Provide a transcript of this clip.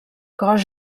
cos